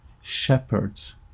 shepherds